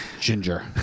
Ginger